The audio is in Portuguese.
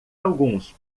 alguns